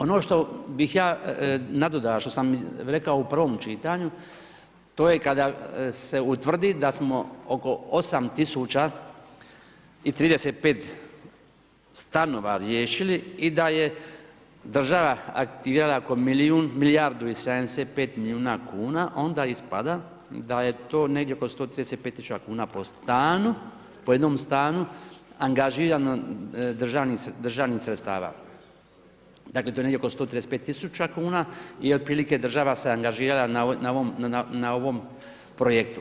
Ono što bih ja nadodao, što sam rekao u prvom čitanju, to je kada se utvrdi da smo oko 8035 stanova riješili i da je država aktivirala oko milijardu i 75 milijuna kuna, onda ispada da je to negdje oko 135 000 kuna po jednom stanu angažirano državnih sredstava, dakle to je negdje oko 135 000 kuna i otprilike država se angažira na ovom projektu.